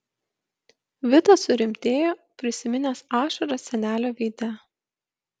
vitas surimtėjo prisiminęs ašaras senelio veide